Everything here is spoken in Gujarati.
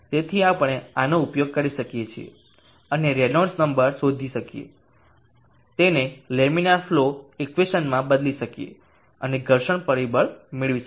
તેથી આપણે આનો ઉપયોગ કરી શકીએ અને રેનોલ્ડ્સ નંબર શોધી શકીએ તેને લેમિનર ફ્લો ઇક્વેશનમાં બદલી શકીએ અને ઘર્ષણ પરિબળ મેળવી શકીએ